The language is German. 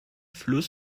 fluss